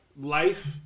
life